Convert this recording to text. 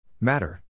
Matter